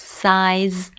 size